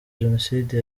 jenoside